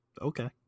Okay